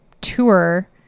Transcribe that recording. tour